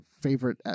favorite